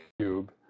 cube